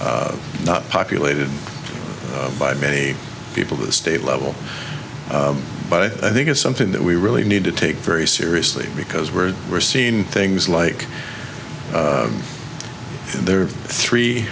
are not populated by many people the state level but i think it's something that we really need to take very seriously because where we're seeing things like the three